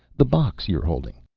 the box you're holding.